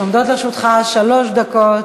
עומדות לרשותך שלוש דקות.